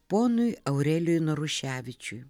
ponui aurelijui naruševičiui